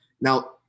Now